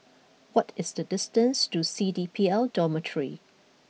what is the distance to C D P L Dormitory